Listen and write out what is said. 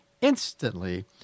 instantly